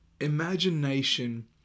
imagination